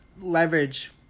leverage